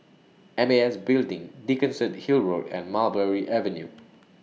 M A S Building Dickenson Hill Road and Mulberry Avenue